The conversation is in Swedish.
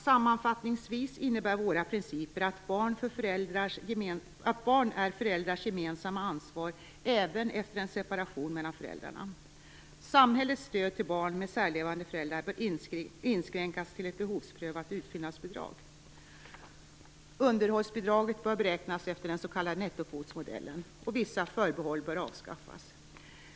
Sammanfattningsvis innebär våra principer att barn är föräldrars gemensamma ansvar även efter en separation mellan föräldrarna. Samhällets stöd till barn med särlevande föräldrar bör inskränkas till ett behovsprövat utfyllnadsbidrag. Underhållsbidraget bör beräknas efter den s.k. nettokvotsmodellen. Vissa förbehåll bör avskaffas.